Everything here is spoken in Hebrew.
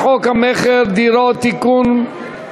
הצעת חוק המכר (דירות) (תיקון,